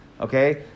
Okay